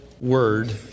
word